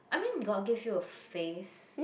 I mean god gave you a face